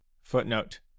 Footnote